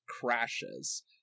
crashes